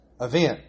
event